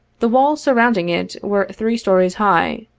the walls surrounding it were three stories high,